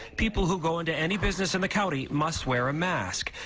people who go into any business in the county must wear a mask,